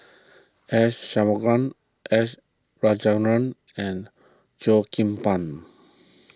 S S Rajendran and Cheo Kim Ban